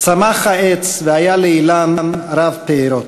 צמח העץ והיה לאילן רב פֹּארוֹת,